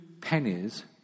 pennies